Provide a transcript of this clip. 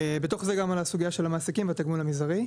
בתוך זה גם על הסוגייה של המעסיקים והתגמול המזערי.